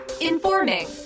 Informing